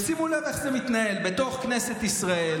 ושימו לב איך זה מתנהל בתוך כנסת ישראל: